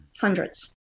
hundreds